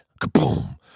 Kaboom